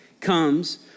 comes